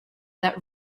that